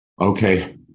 Okay